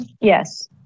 Yes